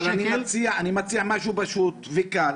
אני מציע משהו פשוט וקל,